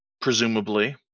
presumably